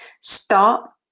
Stop